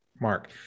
mark